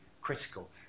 critical